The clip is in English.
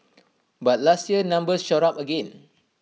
but last year numbers shot up again